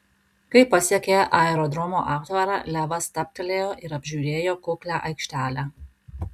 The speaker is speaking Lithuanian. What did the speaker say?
kai pasiekė aerodromo aptvarą levas stabtelėjo ir apžiūrėjo kuklią aikštelę